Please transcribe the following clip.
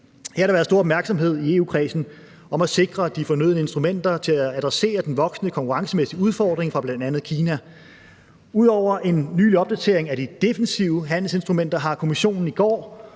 i EU-kredsen været stor opmærksomhed om at sikre de fornødne instrumenter til at adressere den voksende konkurrencemæssige udfordring fra bl.a. Kina. Ud over en ny opdatering af de defensive handelsinstrumenter har Kommissionen i går